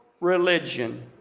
religion